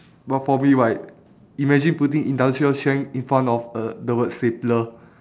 well for me right imagine putting industrial strength in front of a the word stapler